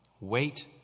Wait